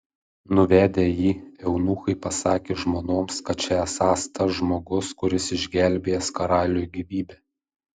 nuvedę jį eunuchai pasakė žmonoms kad čia esąs tas žmogus kuris išgelbėjęs karaliui gyvybę